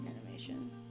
animation